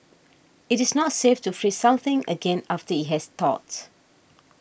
it is not safe to freeze something again after it has thawed